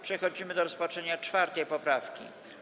Przechodzimy do rozpatrzenia 4. poprawki.